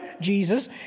Jesus